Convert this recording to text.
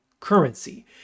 Currency